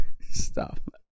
Stop